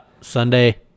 Sunday